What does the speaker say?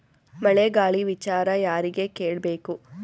ಮಳೆ ಗಾಳಿ ವಿಚಾರ ಯಾರಿಗೆ ಕೇಳ್ ಬೇಕು?